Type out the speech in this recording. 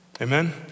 Amen